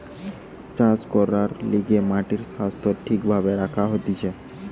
চাষ করবার লিগে মাটির স্বাস্থ্য ঠিক ভাবে রাখা হতিছে